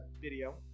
video